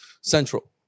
Central